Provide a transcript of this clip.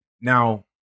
Now